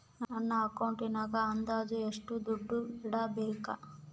ನನ್ನ ಅಕೌಂಟಿನಾಗ ಅಂದಾಜು ಎಷ್ಟು ದುಡ್ಡು ಇಡಬೇಕಾ?